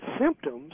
symptoms